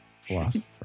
philosopher